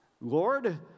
Lord